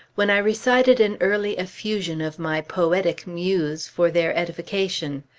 when i recited an early effusion of my poetic muse for their edification.